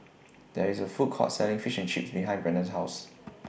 There IS A Food Court Selling Fish and Chips behind Brennan's House